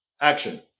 action